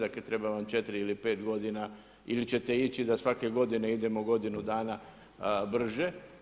Dakle, treba vam 4 ili 5 g. ili ćete ići da svake godine idemo godinu dana brže.